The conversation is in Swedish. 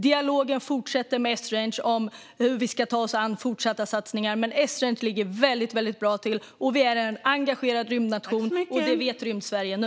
Dialogen fortsätter med Esrange om hur vi ska ta oss an fortsatta satsningar, men Esrange ligger väldigt bra till. Vi är en engagerad rymdnation, och det vet Rymdsverige nu.